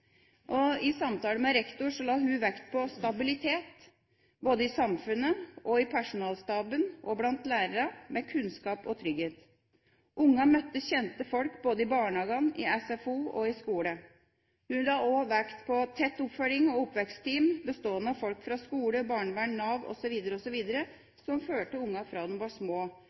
I samtale med rektor la hun vekt på stabilitet, både i samfunnet og i personalstaben, og lærere med kunnskap og trygghet. Ungene møtte kjente folk både i barnehage, i SFO og i skole. Hun la også vekt på tett oppfølging og oppvekstteam bestående av folk fra skole, barnevern, Nav osv., osv., som fulgte ungene fra de var små.